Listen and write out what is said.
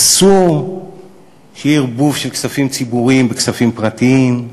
אסור שיהיה ערבוב של כספים ציבוריים וכספים פרטיים.